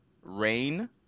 rain